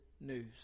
news